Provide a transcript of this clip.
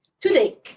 Today